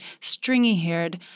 stringy-haired